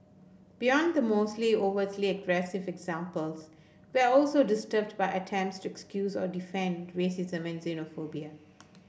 beyond the mostly overtly aggressive examples we are also disturbed by attempts to excuse or defend racism and xenophobia